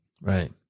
Right